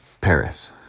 Paris